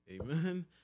Amen